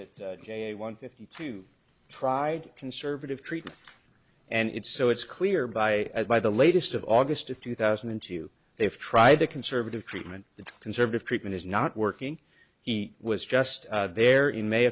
j one fifty two tried conservative treatment and it's so it's clear by by the latest of august of two thousand and two they've tried the conservative treatment the conservative treatment is not working he was just there in may